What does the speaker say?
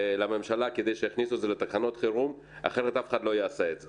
לממשלה כדי שיכניסו את זה לתקנות חרום אחרת אף אחד לא יעשה את זה.